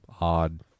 odd